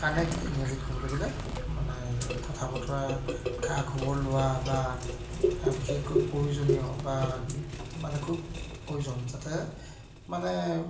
connect ইংৰাজীত ক'বলৈ গ'লে মানে কথা বতৰা খা খবৰ লোৱা বা বিশেষকৈ প্ৰয়োজনীয় বা মানে খুব প্ৰয়োজন যাতে মানে